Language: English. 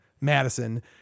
Madison